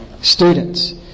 Students